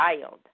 child